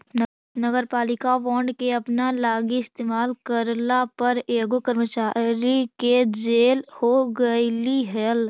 नगरपालिका बॉन्ड के अपना लागी इस्तेमाल करला पर एगो कर्मचारी के जेल हो गेलई हल